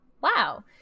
Wow